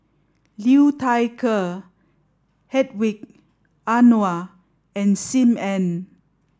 Liu Thai Ker Hedwig Anuar and Sim Ann